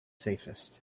safest